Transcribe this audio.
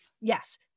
Yes